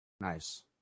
Nice